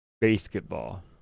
Basketball